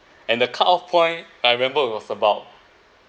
and the cut off point I remember it was about